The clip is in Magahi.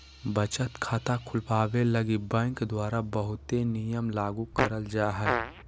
बचत खाता खुलवावे लगी बैंक द्वारा बहुते नियम लागू करल जा हय